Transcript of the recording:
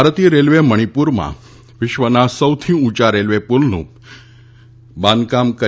ભારતીય રેલવે મણિપુરમાં વિશ્વના સૌથી ઊંચા રેલવે પૂલનું બાંધકામ કરી